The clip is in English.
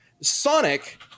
Sonic